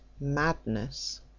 madness